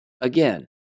Again